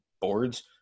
boards